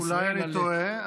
אולי אני טועה,